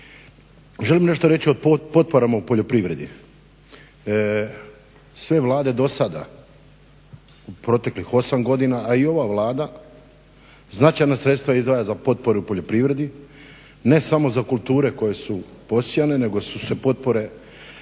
Želim nešto reći o potporama u poljoprivredi. Sve Vlade dosada, u proteklih 8 godina, a i ova Vlada značajna sredstva izdvaja za potporu poljoprivredi ne samo za kulture koje su posijane nego su se potpore